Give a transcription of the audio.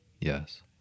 Yes